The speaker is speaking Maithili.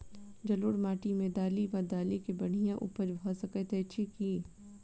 जलोढ़ माटि मे दालि वा दालि केँ बढ़िया उपज भऽ सकैत अछि की?